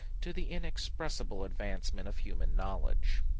to the inexpressible advancement of human knowledge.